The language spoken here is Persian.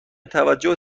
توجه